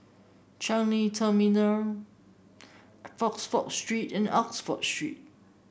Changi Terminal Oxford Street and Oxford Street